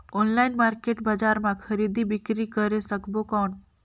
Online market बजार मां खरीदी बीकरी करे सकबो कौन?